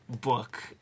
book